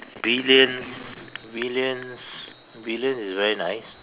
billion billions billions is very nice